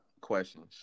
questions